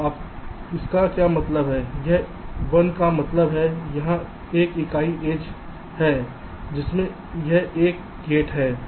तो इसका क्या मतलब है यह 1 का मतलब है यह एक इकाई एज है जिसमें यह 1 गेट है